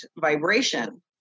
vibration